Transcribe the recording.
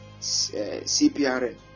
CPRN